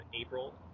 April